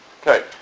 Okay